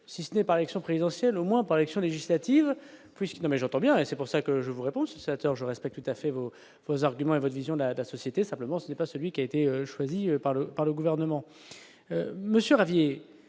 si ce n'est pas réaction présidentielle au moins par l'action législative puisqu'il mais j'entends bien, et c'est pour ça que je vous réponse ce sénateur, je respecte tout à fait vos vos arguments et votre vision Dada société simplement ce n'est pas celui qui a été choisi par le par le gouvernement Monsieur Ravier